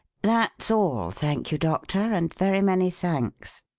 that's all, thank you, doctor, and very many thanks.